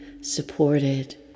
supported